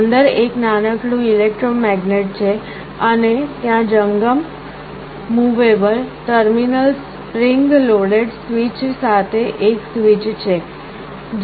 અંદર એક નાનકડું ઇલેક્ટ્રોમેગ્નેટ છે અને ત્યાં જંગમ ટર્મિનલ સ્પ્રિંગ લોડેડ સ્વીચ સાથે એક સ્વીચ છે